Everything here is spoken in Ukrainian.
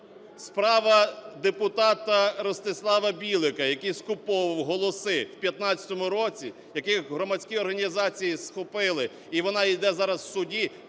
Справа депутата Ростислава Білика, який скуповував голоси в 15-му році, яких громадські організації схопили, і вона іде зараз в суді